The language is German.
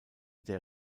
der